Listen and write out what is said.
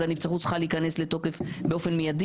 אז הנבצרות צריכה להיכנס לתוקף באופן מיידי.